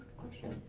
question.